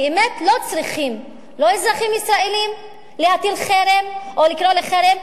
באמת לא צריכים לא אזרחים ישראלים להטיל חרם או לקרוא לחרם,